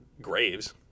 graves